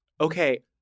Okay